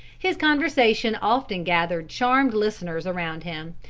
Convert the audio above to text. his conversation often gathered charmed listeners around him,